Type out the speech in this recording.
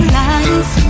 life